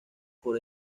por